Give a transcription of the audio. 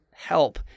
help